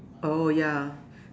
oh ya